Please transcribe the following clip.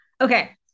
Okay